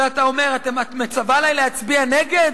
ואתה אומר: "את מצווה עלי להצביע נגד?